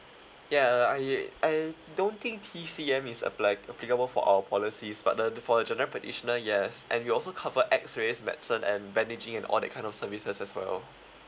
yeah uh I I don't think T_C_M is applied applicable for our policies but uh be for a general practitioner yes and we also cover X-rays medicine and bandaging and all that kind of services as well